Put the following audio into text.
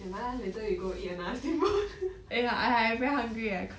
later you go eat another steamboat